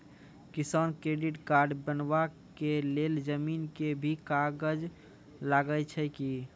किसान credit card बनबा के लेल जमीन के भी कागज लागै छै कि?